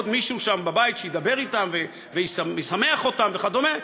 עוד מישהו שם בבית שידבר אתם וישמח אתם וכדומה,